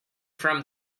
from